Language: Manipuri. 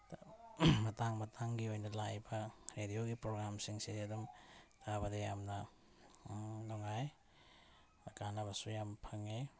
ꯃꯇꯥꯡ ꯃꯇꯥꯡꯒꯤ ꯑꯣꯏꯅ ꯂꯥꯛꯏꯕ ꯔꯦꯗꯤꯑꯣꯒꯤ ꯄ꯭ꯔꯣꯒ꯭ꯔꯥꯝꯁꯤꯡꯁꯦ ꯑꯗꯨꯝ ꯇꯥꯕꯗ ꯌꯥꯝꯅ ꯅꯨꯡꯉꯥꯏ ꯀꯥꯟꯅꯕꯁꯨ ꯌꯥꯝꯅ ꯐꯪꯉꯤ